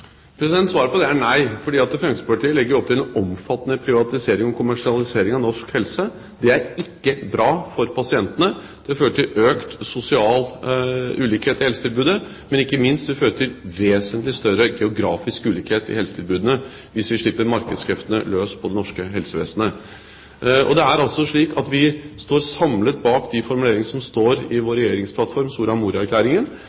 legger jo opp til en omfattende privatisering og kommersialisering av norsk helse. Det er ikke bra for pasientene. Det fører til økt sosial ulikhet i helsetilbudet, og ikke minst vil det føre til vesentlig større geografisk ulikhet i helsetilbudene hvis vi slipper markedskreftene løs på det norske helsevesenet. Det er altså slik at vi står samlet bak de formuleringene som står i